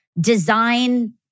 design